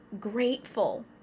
grateful